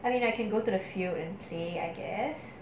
I mean I can go to the field and play I guess